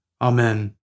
Amen